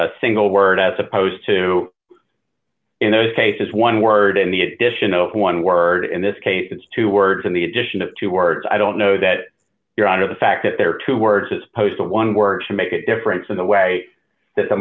a single word as opposed to in those cases one word in the addition of one word in this case it's two words and the addition of two words i don't know that you're out of the fact that there are two words as post one word to make a difference in the way that the